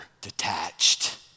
detached